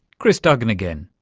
kris duggan again.